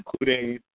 including